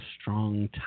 strong